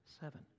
seven